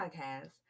podcast